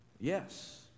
Yes